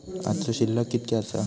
आजचो शिल्लक कीतक्या आसा?